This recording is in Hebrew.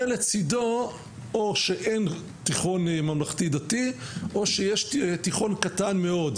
ולצידו או שאין תיכון ממלכתי דתי או שיש תיכון קטן מאוד,